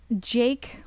Jake